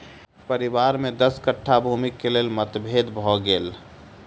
परिवार में दस कट्ठा भूमिक लेल मतभेद भ गेल